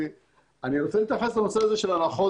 אני רוצה להתייחס לנושא של הנחות